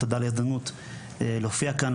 תודה על ההזדמנות להופיע כאן,